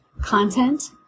Content